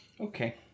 Okay